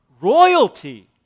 royalty